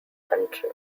country